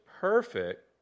perfect